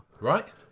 right